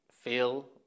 feel